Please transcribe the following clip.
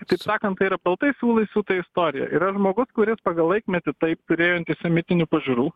taip sakant kad baltais siūlais siūta istorija yra žmogus kuris pagal laikmetį taip turėjo antisemitinių pažiūrų